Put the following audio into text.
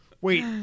Wait